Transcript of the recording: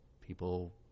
people